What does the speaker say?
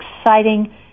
exciting